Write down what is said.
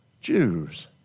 Jews